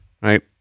right